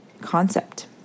concept